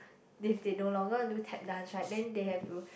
if they no longer do Tap dance right then they have to